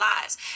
lives